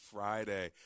Friday